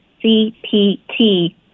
CPT